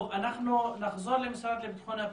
אנחנו נחזור למשרד לבטחון פנים,